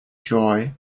joy